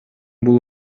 бул